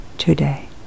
today